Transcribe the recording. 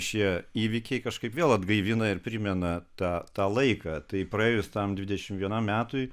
šie įvykiai kažkaip vėl atgaivina ir primena tą tą laiką tai praėjus tam dvidešimt vienam metui